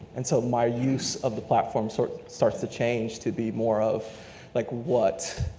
and so my use of the platform sort of starts to change to be more of like what,